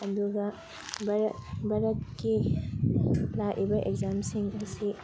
ꯑꯗꯨꯒ ꯃꯔꯛ ꯃꯔꯛꯀꯤ ꯂꯥꯛꯏꯕ ꯑꯦꯛꯖꯥꯝꯁꯤꯡ ꯑꯁꯤ